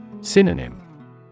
Synonym